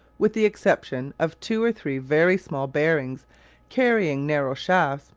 with the exception of two or three very small bearings carrying narrow shafts,